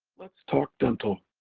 let's talk dental.